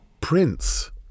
Prince